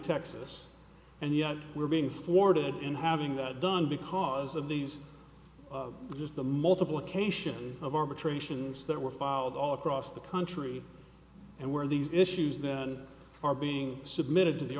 texas and yet we're being thwarted in having that done because of these just the multiplication of arbitrations that were filed all across the country and where these issues then are being submitted to the